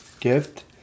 gift